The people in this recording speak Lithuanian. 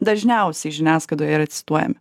dažniausiai žiniasklaidoje yra cituojami